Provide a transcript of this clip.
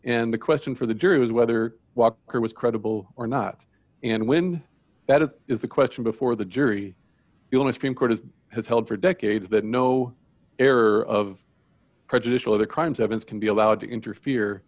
and the question for the jury was whether walker was credible or not and when that it is the question before the jury you want to scream court it has held for decades that no error of prejudicial other crimes evans can be allowed to interfere